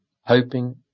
hoping